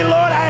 Lord